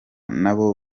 nabo